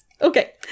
Okay